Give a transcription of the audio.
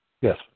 Yes